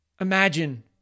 Imagine